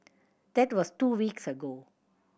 that was two weeks ago